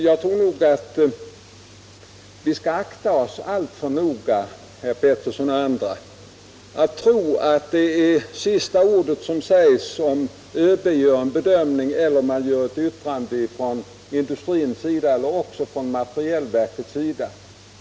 Jag tror nog, herr Petersson i Gäddvik och andra, att vi skall akta oss noga för att tro att det är sista ordet som sägs när ÖB gör en bedömning eller när man från industrins eller materielverkets sida avger ett yttrande.